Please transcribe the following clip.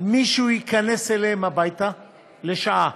מישהו ייכנס אליהם הביתה לשעה,